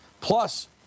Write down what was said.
plus